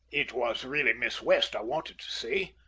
it was really miss west i wanted to see.